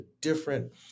different